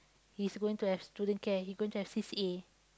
he's going to have student care he's going to have C_C_A